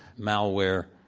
malware,